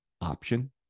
option